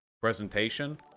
presentation